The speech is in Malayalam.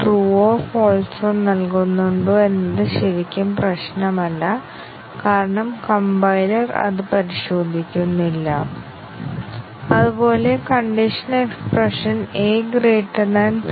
സ്റ്റേറ്റ്മെന്റ് കവറേജ് വളരെ ലളിതമായ ആശയങ്ങളാണ് പക്ഷേ ബഗുകൾ കണ്ടെത്തുന്നതിൽ ഇത് കുറഞ്ഞത് ഫലപ്രദമാണ് കാരണം ഇത് ഏറ്റവും ദുർബലമായ ടെസ്റ്റിംഗ് ദുർബലമായ വൈറ്റ് ബോക്സ് ടെസ്റ്റിംഗ് ആണ്